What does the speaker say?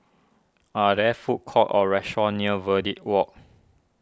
are there food courts or restaurants near Verde Walk